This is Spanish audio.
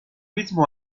mismo